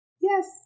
Yes